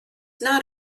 not